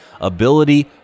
ability